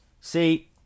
See